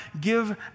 give